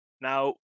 Now